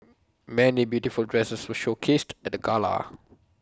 many beautiful dresses were showcased at the gala